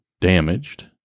damaged